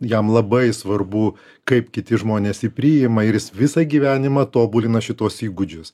jam labai svarbu kaip kiti žmonės jį priima ir jis visą gyvenimą tobulina šituos įgūdžius